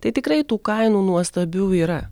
tai tikrai tų kainų nuostabių yra